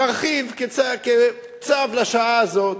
נרחיב, כצו לשעה הזאת,